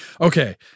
okay